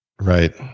right